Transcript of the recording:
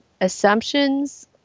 assumptions